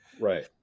right